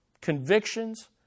convictions